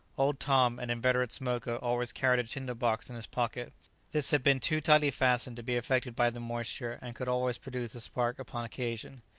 old tom, an inveterate smoker, always carried a tinder box in his pocket this had been too tightly fastened to be affected by the moisture, and could always produce a spark upon occasion.